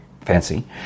Fancy